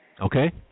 Okay